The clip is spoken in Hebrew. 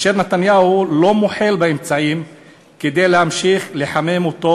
אשר נתניהו לא בוחל באמצעים כדי להמשיך לחמם אותו,